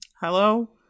Hello